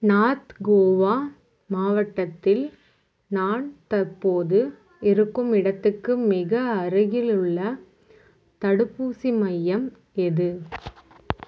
north Goa மாவட்டத்தில் நான் தற்போது இருக்கும் இடத்துக்கு மிக அருகிலுள்ள தடுப்பூசி மையம் எது